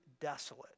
desolate